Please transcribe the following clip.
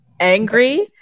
Angry